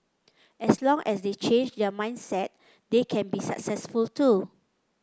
as long as they change their mindset they can be successful too